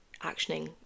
actioning